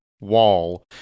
wall